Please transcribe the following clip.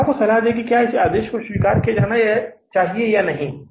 निर्माताओं को सलाह दें कि क्या आदेश को स्वीकार करना चाहिए या नहीं